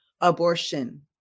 abortion